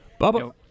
Bubba